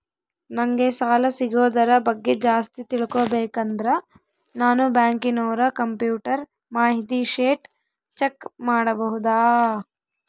ನಂಗೆ ಸಾಲ ಸಿಗೋದರ ಬಗ್ಗೆ ಜಾಸ್ತಿ ತಿಳಕೋಬೇಕಂದ್ರ ನಾನು ಬ್ಯಾಂಕಿನೋರ ಕಂಪ್ಯೂಟರ್ ಮಾಹಿತಿ ಶೇಟ್ ಚೆಕ್ ಮಾಡಬಹುದಾ?